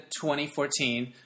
2014